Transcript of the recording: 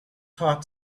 heart